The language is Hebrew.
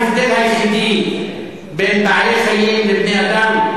ההבדל היחידי בין בעלי-חיים לבני-אדם,